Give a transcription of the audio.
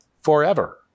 forever